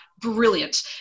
brilliant